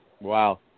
Wow